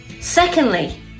Secondly